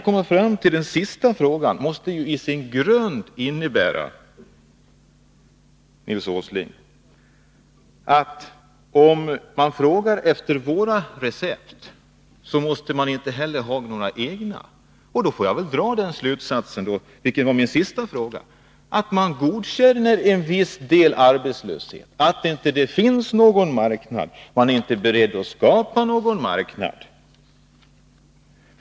Om man frågar efter våra recept, Nils Åsling, så måste det innebära att man inte heller har några egna. Då får jag väl dra den slutsatsen att man godkänner en viss arbetslöshet, att det inte finns någon marknad och att man inte är beredd att skapa någon marknad.